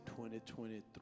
2023